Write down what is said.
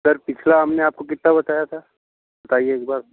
sir पिछला हमने आपको कितना बताया था बताइए एक बार